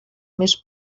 més